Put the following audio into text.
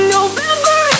November